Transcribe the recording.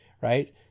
Right